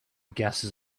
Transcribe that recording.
gases